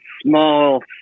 small